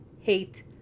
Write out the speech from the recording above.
hate